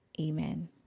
amen